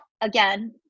again